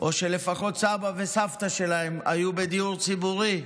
או לפחות סבא וסבתא שלהם היו בדיור ציבורי.